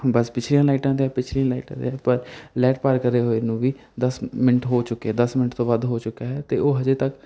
ਬਸ ਪਿਛਲੀਆਂ ਲਾਈਟਾਂ 'ਤੇ ਹੈ ਪਿਛਲੀਆਂ ਲਾਈਟ 'ਤੇ ਹੈ ਪਰ ਲੈਟ ਪਾਰ ਕਰੇ ਹੋਏ ਨੂੰ ਵੀ ਦਸ ਮਿੰਟ ਹੋ ਚੁੱਕੇ ਦਸ ਮਿੰਟ ਤੋਂ ਵੱਧ ਹੋ ਚੁੱਕਾ ਹੈ ਅਤੇ ਉਹ ਹਜੇ ਤੱਕ